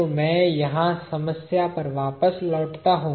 तो मैं यहाँ समस्या पर वापस लौटता हूँ